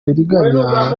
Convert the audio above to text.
uburiganya